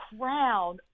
crowd